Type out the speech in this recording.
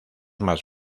más